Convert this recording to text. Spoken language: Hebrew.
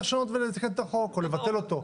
צריך לשנות ולתקן את החוק או לבטל אותו.